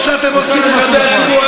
יצא לי משהו נחמד.